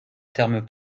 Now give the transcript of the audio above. termes